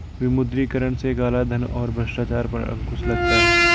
विमुद्रीकरण से कालाधन और भ्रष्टाचार पर अंकुश लगता हैं